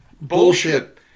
Bullshit